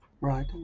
Right